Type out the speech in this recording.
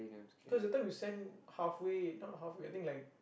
because that time we send halfway not halfway I think like